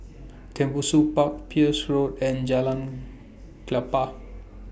Tembusu Park Peirce Road and Jalan Klapa